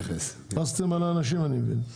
חסתם על האנשים אני מסין.